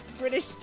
British